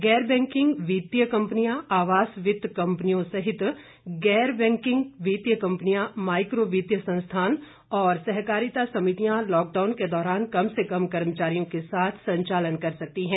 गैर बैंकिंग वित्तीय कंपनियां आवास वित्त कंपनियों सहित गैर बैंकिंग वित्तीय कंपनियां माइक्रो वित्तीय संस्थान और सहकारिता समितियां लॉकडाउन के दौरान कम से कम कर्मचारियों के साथ संचालन कर सकती हैं